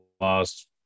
last